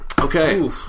Okay